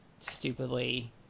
stupidly